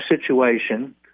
situation